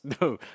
No